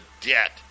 debt